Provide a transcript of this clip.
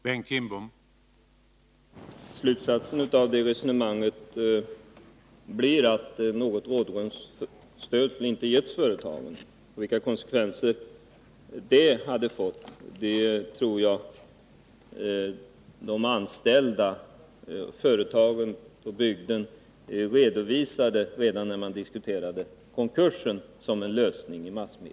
Herr talman! Slutsatsen av det resonemanget blir att något rådrumsstöd inte skulle ha getts företaget. Vilka konsekvenser det hade fått för de anställda och för bygden redovisades redan när man i massmedia diskuterade konkursen som en lösning.